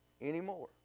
anymore